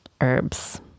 herbs